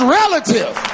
relative